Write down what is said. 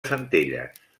centelles